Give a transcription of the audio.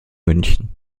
münchen